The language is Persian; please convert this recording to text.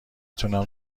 تونم